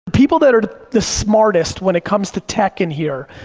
people that are the smartest when it comes to tech in here,